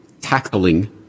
tackling